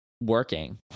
working